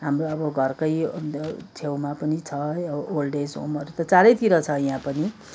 हाम्रो अब घरकै छेउमा पनि छ यहाँ ओल्ड एज होमहरू त चारैतिर छ यहाँ पनि